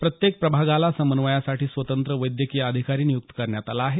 प्रत्येक प्रभागाला समन्वयासाठी स्वतंत्र वैद्यकीय अधिकारी नियुक्त करण्यात आला आहे